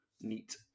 neat